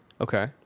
Okay